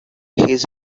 his